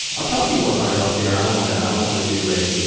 i'll talk to you more about it off the air. i don't wanna, i don't wanna do a,